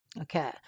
Okay